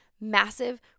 massive